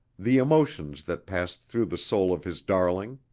the emotions that passed through the soul of his darling.